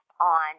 on